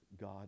God